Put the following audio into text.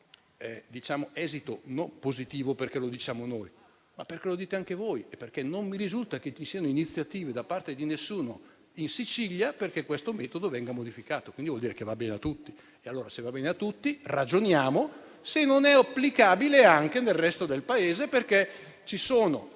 con esito positivo, e non perché lo diciamo noi, ma perché lo dite anche voi. Non mi risulta, infatti, che vi siano iniziative da parte di nessuno, in Sicilia, affinché questo metodo venga modificato. Quindi, vuol dire che va bene a tutti. Allora, se va bene a tutti, ragioniamo se non sia applicabile anche nel resto del Paese, perché ci sono